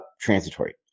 Transitory